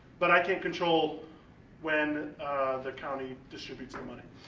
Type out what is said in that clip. but i can't control when the county distributes the money.